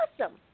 awesome